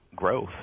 growth